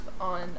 on